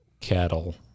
cattle